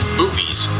movies